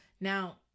Now